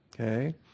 okay